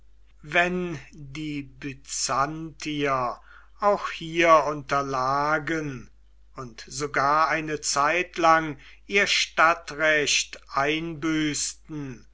wenn die byzantier auch hier unterlagen und sogar eine zeitlang ihr stadtrecht einbüßten